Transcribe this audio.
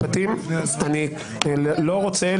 ופה אתם מתבלבלים ורוצים